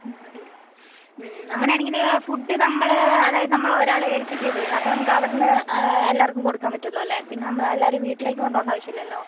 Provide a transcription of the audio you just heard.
മതിയല്ലേ അങ്ങനെ ആണെങ്കിൽ ഫുഡ് നമ്മൾ അതായത് നമ്മൾ ഒരാളെ ഏൽപ്പിക്കുവാണ് ചെയ്യുന്നത് അത് നമുക്ക് അവിടുന്ന് എല്ലാവർക്കും കൊടുക്കാൻ പറ്റുമല്ലോ അല്ലേ പിന്നെ നമ്മൾ എല്ലാവരെയും വീട്ടിലേക്ക് കൊണ്ട് പോവേണ്ട ആവശ്യം ഇല്ലല്ലോ